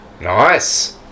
Nice